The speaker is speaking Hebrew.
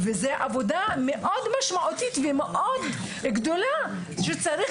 וזאת עבודה משמעותית מאוד וגדולה מאוד שצריך